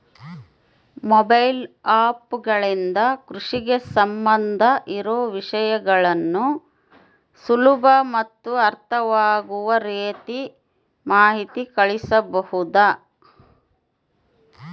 Mobile app ಗಳಿಂದ ಕೃಷಿಗೆ ಸಂಬಂಧ ಇರೊ ವಿಷಯಗಳನ್ನು ಸುಲಭ ಮತ್ತು ಅರ್ಥವಾಗುವ ರೇತಿ ಮಾಹಿತಿ ಕಳಿಸಬಹುದಾ?